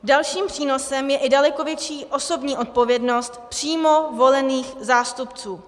Dalším přínosem je i daleko větší osobní odpovědnost přímo volených zástupců.